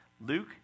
Luke